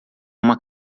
uma